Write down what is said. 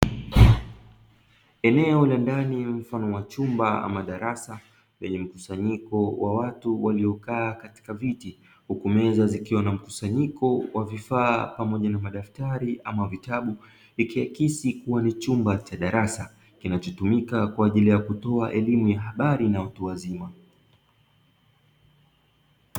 Eneo la ndani mfano wa chumba ama darasa, lenye mkusanyiko wa watu waliokaa katika viti, huku meza zikiwa na mkusanyiko wa vifaa pamoja na madaftari ama vitabu; ikiakisi kuwa ni chumba cha darasa, kinachotumika kwa ajili ya kutoa elimu ya habari na watu wazima.